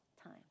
time